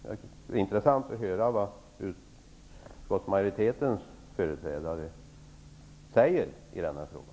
Det skulle vara intressant att höra vad utskottsmajoritetens företrädare har att säga i den här frågan.